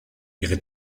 ihre